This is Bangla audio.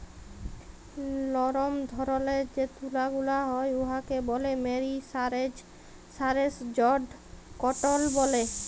লরম ধরলের যে তুলা গুলা হ্যয় উয়াকে ব্যলে মেরিসারেস্জড কটল ব্যলে